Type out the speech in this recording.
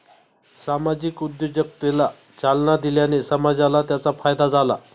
सामाजिक उद्योजकतेला चालना दिल्याने समाजाला त्याचा फायदा आहे